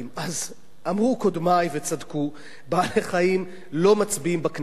אז אמרו קודמי וצדקו: בעלי-חיים לא מצביעים בכנסת,